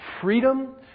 freedom